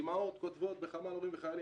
אמהות כותבות בחמ"ל הורים וחיילים.